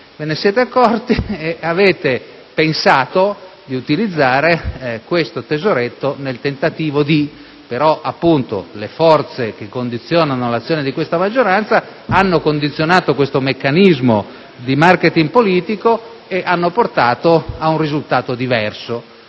Ve ne siete accorti e avete pensato di utilizzare il tesoretto nel tentativo di recuperare. Le forze che condizionano l'azione di questa maggioranza, però, hanno condizionato questo meccanismo di *marketing* politico e hanno portato ad un risultato diverso.